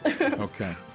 okay